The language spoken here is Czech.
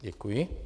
Děkuji.